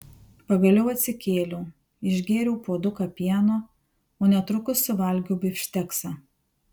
pagaliau atsikėliau išgėriau puoduką pieno o netrukus suvalgiau bifšteksą